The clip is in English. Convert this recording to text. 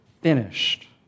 finished